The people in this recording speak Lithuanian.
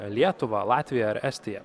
lietuvą latviją ar estiją